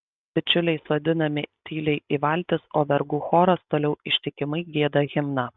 bičiuliai sodinami tyliai į valtis o vergų choras toliau ištikimai gieda himną